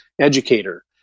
educator